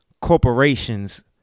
corporations